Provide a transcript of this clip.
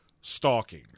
stalking